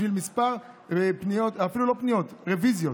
בשביל כמה רוויזיות.